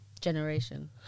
generation